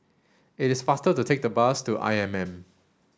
it is faster to take the bus to I M M